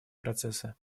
процессы